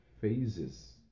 phases